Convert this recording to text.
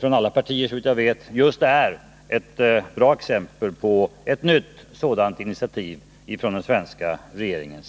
från alla partier, är ett bra exempel på ett nytt sådant initiativ från den svenska regeringen.